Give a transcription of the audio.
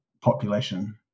population